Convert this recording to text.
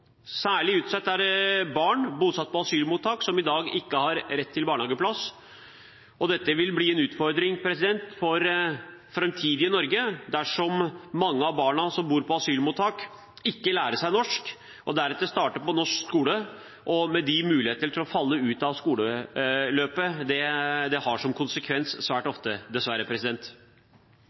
Særlig utsatt er barn bosatt på asylmottak, som i dag ikke har rett til barnehageplass. Det vil bli en utfordring for det framtidige Norge dersom mange av de barna som bor på asylmottak, ikke lærer seg norsk, og deretter starter på norsk skole, med den faren for å falle ut av skoleløpet det dessverre svært ofte har som konsekvens.